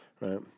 Right